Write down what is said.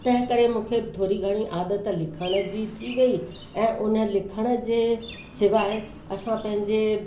तंहिं करे मूंखे बि थोरी घणी आदत लिखण जी थी वई ऐं उन लिखण जे सवाइ असां पंहिंजे